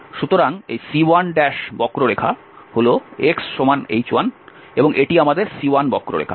সুতরাং C1 বক্ররেখা হল xh1 এবং এটি আমাদের C1বক্ররেখা